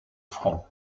front